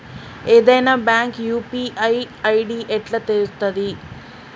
ఏదైనా bank UPI ID ఎట్లా తెలుత్తది?